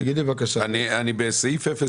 אני בסעיף 02